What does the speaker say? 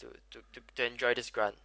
to to to to enjoy this grant